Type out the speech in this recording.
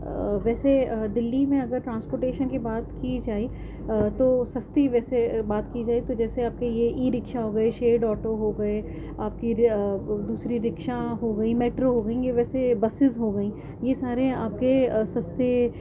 ویسے دلّی میں اگر ٹرانسپوٹیشن کی بات کی جائے تو سستی ویسے بات کی جائے تو جیسے آپ کے یہ ای رکشہ ہو گئے شیئرڈ آٹو ہو گئے آپ کی دوسری رکشہ ہو گئیں میٹرو ہو گئیں یہ ویسے بسیز ہو گئیں یہ سارے آپ کے سستے